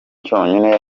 cyonyine